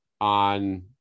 on